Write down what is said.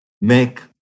make